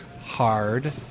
hard